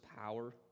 power